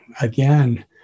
again